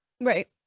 right